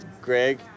Greg